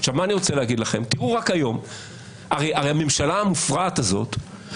הרי הממשלה המופרעת הזאת,